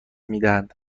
میدهد